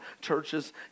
churches